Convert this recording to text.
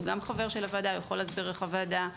הוא גם חבר הוועדה יכול להסביר איך היא עובדת,